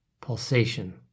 pulsation